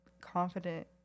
confident